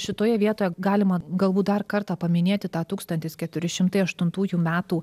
šitoje vietoje galima galbūt dar kartą paminėti tą tūkstantis keturi šimtai aštuntųjų metų